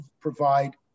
provide